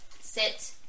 Sit